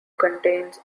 contains